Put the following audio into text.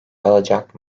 alacak